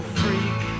freak